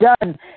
done